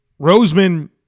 Roseman